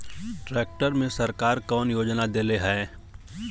Tractor मे सरकार कवन योजना देले हैं?